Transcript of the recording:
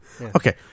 Okay